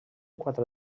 quatre